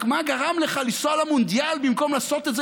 רק מה גרם לך לנסוע למונדיאל במקום לעשות את זה